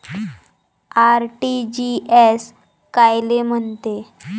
RTGS कायले म्हनते?